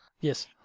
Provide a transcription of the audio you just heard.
Yes